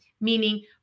meaning